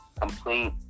complete